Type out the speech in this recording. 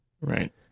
right